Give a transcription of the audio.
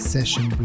Session